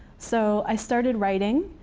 so i started writing,